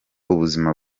ubuzima